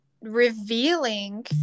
revealing